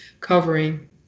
covering